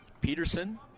Peterson